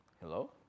Hello